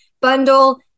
bundle